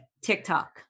TikTok